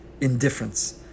indifference